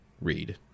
read